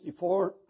1964